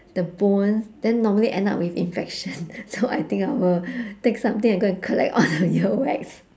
the bone then normally end up with infection so I think I will take something and go and collect all the earwax